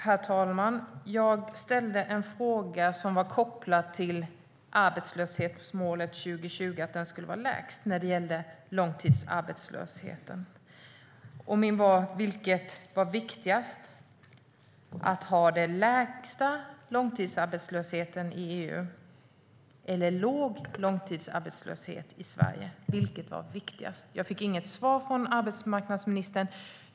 Herr talman! Jag ställde en fråga om långtidsarbetslösheten kopplad till målet om lägst arbetslöshet i EU 2020. Jag undrade om det var viktigast att ha lägst långtidsarbetslöshet i EU eller låg långtidsarbetslöshet i Sverige. Jag fick inget svar från arbetsmarknadsministern.